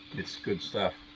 it's good stuff.